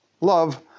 love